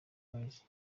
boys